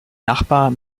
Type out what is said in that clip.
nachbar